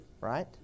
right